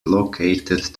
located